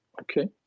Okay